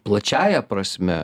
plačiąja prasme